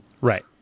Right